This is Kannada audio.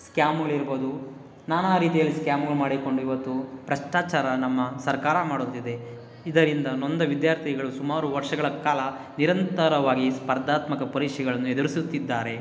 ಸ್ಕಾಮುಗಳಿರ್ಬೋದು ನಾನಾ ರೀತಿಯಲ್ಲಿ ಸ್ಕಾಮುಗಳು ಮಾಡಿಕೊಂಡು ಇವತ್ತು ಭ್ರಷ್ಟಾಚಾರ ನಮ್ಮ ಸರ್ಕಾರ ಮಾಡುತ್ತಿದೆ ಇದರಿಂದ ನೊಂದ ವಿದ್ಯಾರ್ಥಿಗಳು ಸುಮಾರು ವರ್ಷಗಳ ಕಾಲ ನಿರಂತರವಾಗಿ ಸ್ಪರ್ಧಾತ್ಮಕ ಪರೀಕ್ಷೆಗಳನ್ನು ಎದುರಿಸುತ್ತಿದ್ದಾರೆ